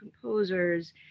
composers